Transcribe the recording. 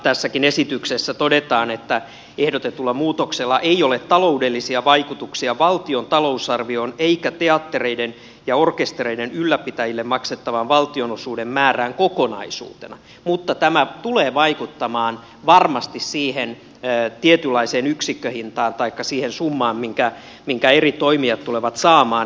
tässäkin esityksessä todetaan että ehdotetulla muutoksella ei ole taloudellisia vaikutuksia valtion talousarvioon eikä teattereiden ja orkestereiden ylläpitäjille maksettavan valtionosuuden määrään kokonaisuutena mutta tämä tulee vaikuttamaan varmasti siihen tietynlaiseen yksikköhintaan taikka siihen summaan minkä eri toimijat tulevat saamaan